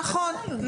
נכון.